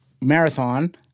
marathon